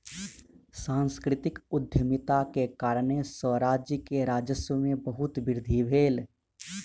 सांस्कृतिक उद्यमिता के कारणेँ सॅ राज्य के राजस्व में बहुत वृद्धि भेल